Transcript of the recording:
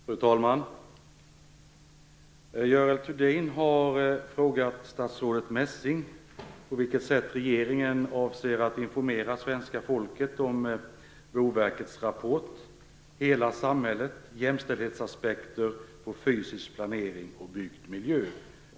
Fru talman! Görel Thurdin har frågat statsrådet Messing på vilket sätt regeringen avser att informera svenska folket om Boverkets rapport Hela samhället - jämställdhetsaspekter på fysisk planering och byggd miljö .